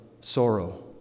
sorrow